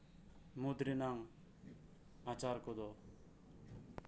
ᱢᱩᱫ ᱨᱮᱭᱟᱜ ᱟᱪᱟᱨ ᱠᱚᱫᱚ